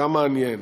גם מעניין.